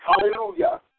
hallelujah